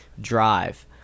Drive